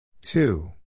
two